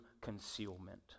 concealment